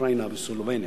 אוקראינה וסלובניה.